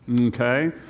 Okay